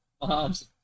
Mom's